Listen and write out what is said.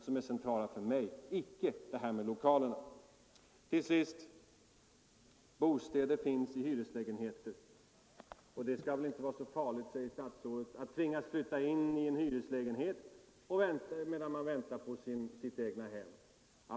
som är centrala för mig. 5 november 1974 Till sist säger finansministern att bostäder finns i hyreslägenheter och ätt det väl inte skall vara så farligt att tvingas flytta in i en hyreslägenhet Ang. utflyttningen medan man väntar på sitt egna hem.